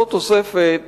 זאת תוספת